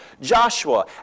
Joshua